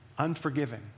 Unforgiving